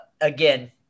again